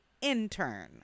intern